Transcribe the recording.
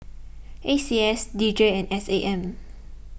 A C S D J and S A M